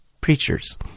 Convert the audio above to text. preachers